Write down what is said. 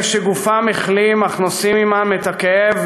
אלה שגופם החלים אך נושאים עמם את הכאב